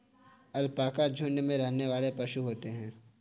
alpaca झुण्ड में रहने वाले पशु होते है